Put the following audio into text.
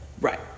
Right